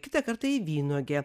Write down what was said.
kitą kartą į vynuoge